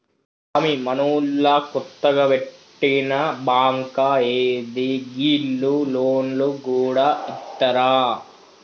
స్వామీ, మనూళ్ల కొత్తగ వెట్టిన బాంకా ఏంది, గీళ్లు లోన్లు గూడ ఇత్తరా